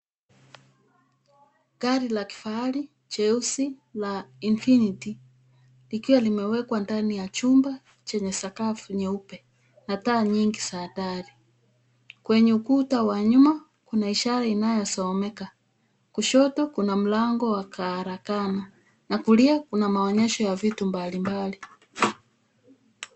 Gari la kifahari jeusi la infinity, likiwa limewekwa ndani ya chumba chenye sakafu nyeupe na taa nyingi za dari. Kwenye ukuta wa nyuma kuna ishara inayosomeka kushoto kuna mlango wa karakana na kulia kuna maonyesho ya vitu mbalimbali.